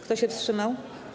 Kto się wstrzymał?